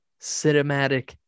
cinematic